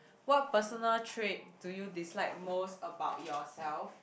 what personal trait do you dislike most about yourself